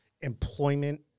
employment